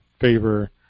favor